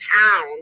town